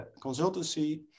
consultancy